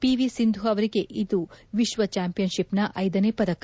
PV Sindhu ಅವರಿಗೆ ಇದು ವಿಶ್ವ ಚಾಂಪಿಯನ್ಡಿಪ್ನ ಐದನೇ ಪದಕ